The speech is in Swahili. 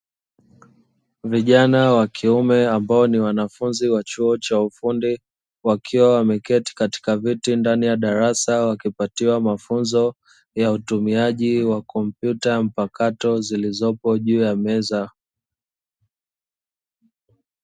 Vijana wakiume ambao ni wanafunzi wa chuo cha ufundi, wakiwa wameketi katika viti ndani ya darasa wakipatiwa mafunzo ya utumiaji wa kompyuta mpakato zilizopo juu ya meza.